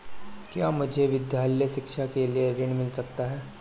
क्या मुझे विद्यालय शिक्षा के लिए ऋण मिल सकता है?